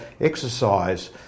exercise